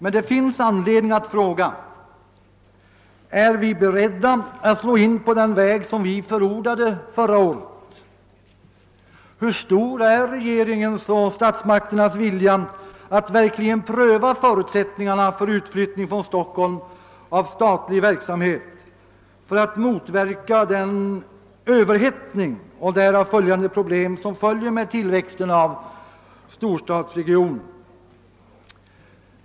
Men det finns anledning att fråga: Är vi beredda att slå in på den väg som vi förordade förra året? Hur stor är regeringens och statsmakternas vilja att verkligen pröva förutsättningarna för utflyttning från Stockholm av statlig verksamhet för att motverka den överhettning och därav följande problem som sammanhänger med tillväxten av storstadsregioner?